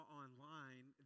online